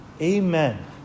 amen